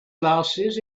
glasses